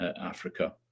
Africa